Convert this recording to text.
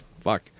Fuck